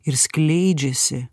ir skleidžiasi